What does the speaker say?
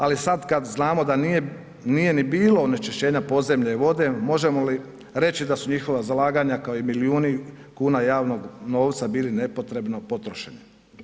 Ali sada kada znamo da nije ni bilo onečišćenja podzemne vode možemo li reći da su njihova zalaganja kao i milijuni kuna javnog novca bili nepotrebno potrošeni.